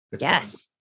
Yes